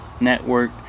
network